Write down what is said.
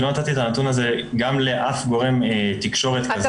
לא נתתי את הנתון הזה גם לאף גורם תקשורת כזה או אחר